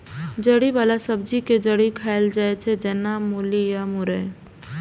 जड़ि बला सब्जी के जड़ि खाएल जाइ छै, जेना मूली या मुरइ